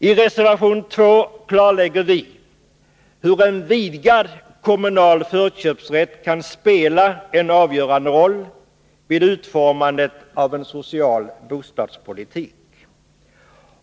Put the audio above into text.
I reservation 2 klarlägger vi hur en vidgad kommunal förköpsrätt kan spela en avgörande roll vid utformandet av en social bostadspolitik.